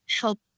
help